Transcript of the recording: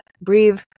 breathe